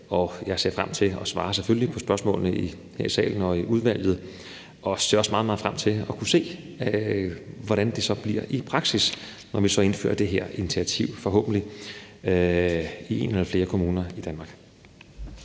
også frem til at svare på spørgsmålene her i salen og i udvalget, og jeg ser også meget, meget frem til at kunne se, hvordan det så bliver i praksis, når vi forhåbentlig indfører det her initiativ i en eller flere kommuner i Danmark.